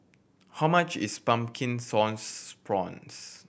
how much is Pumpkin Sauce Prawns